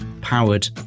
powered